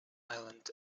ireland